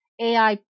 AI